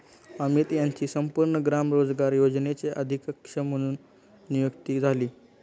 अमित यांची संपूर्ण ग्राम रोजगार योजनेचे अधीक्षक म्हणून नियुक्ती झाली